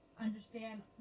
understand